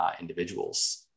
individuals